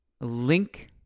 link